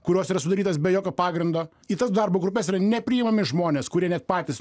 kurios yra sudarytos be jokio pagrindo į tas darbo grupes yra nepriimami žmonės kurie net patys